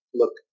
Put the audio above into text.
look